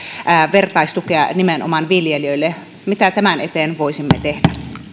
vertaistukea nimenomaan viljelijöille mitä tämän eteen voisimme tehdä